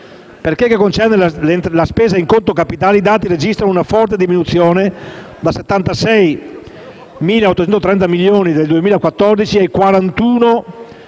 Per quel che concerne la spesa in conto capitale, i dati registrano una forte diminuzione, da 76.830 milioni del 2014 a 41.310 milioni